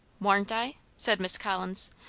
warn't i? said miss collins.